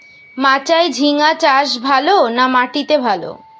মাচায় ঝিঙ্গা চাষ ভালো না মাটিতে ভালো?